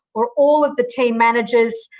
or all of the team managers,